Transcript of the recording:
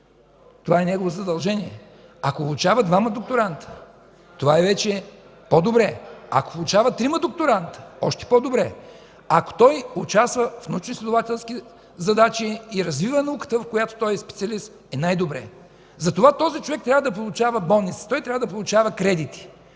това е негово задължение; ако обучава двама докторанти – това е вече по-добре; ако обучава трима докторанти – още по-добре; ако той участва в научноизследователски задачи и развива науката, в която той е специалист, е най-добре. Затова този човек трябва да получава бонуси, той трябва да получава кредити.